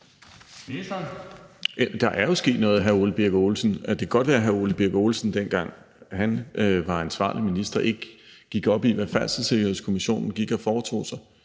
jo sket noget, hr. Ole Birk Olesen. Det kan godt være, at hr. Ole Birk Olesen, dengang han var ansvarlig minister, ikke gik op i, hvad Færdselssikkerhedskommissionen gik og foretog sig,